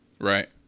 right